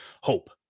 hope